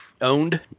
owned